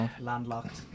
landlocked